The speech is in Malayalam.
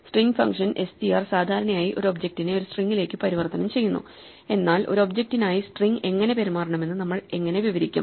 സ്ട്രിംഗ് ഫംഗ്ഷൻ str സാധാരണയായി ഒരു ഒബ്ജക്റ്റിനെ ഒരു സ്ട്രിംഗിലേക്ക് പരിവർത്തനം ചെയ്യുന്നു എന്നാൽ ഒരു ഒബ്ജക്റ്റിനായി സ്ട്രിംഗ് എങ്ങനെ പെരുമാറണമെന്ന് നമ്മൾ എങ്ങനെ വിവരിക്കും